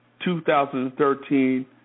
2013